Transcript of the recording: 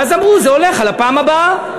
ואז אמרו: זה הולך על הפעם הבאה.